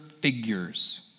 figures